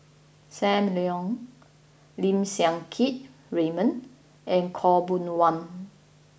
Sam Leong Lim Siang Keat Raymond and Khaw Boon Wan